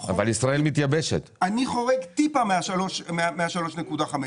חורג טיפה מה-3.5.